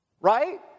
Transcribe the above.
Right